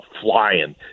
flying